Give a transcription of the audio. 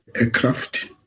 aircraft